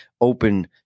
open